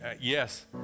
yes